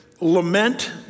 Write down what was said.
lament